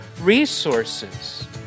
resources